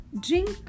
drink